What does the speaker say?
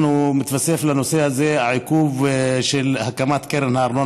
מתווסף לנושא הזה העיכוב של הקמת קרן הארנונה